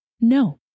No